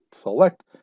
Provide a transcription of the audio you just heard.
select